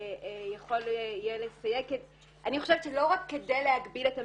לא רק כדי להגביל את המפרסם,